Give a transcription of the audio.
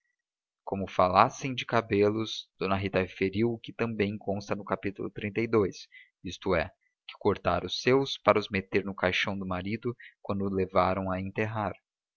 como falassem de cabelos d rita referiu o que também consta do cap xxxii isto é que cortara os seus para os meter no caixão do marido quando o levaram a enterrar